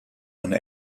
and